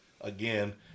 again